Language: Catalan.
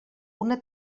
una